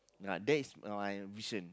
ah that is my vision